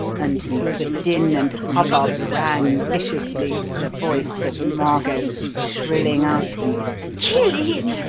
and, through the din and hubbub rang viciously the voice of margot shrilling out kill him!